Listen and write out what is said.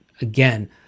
again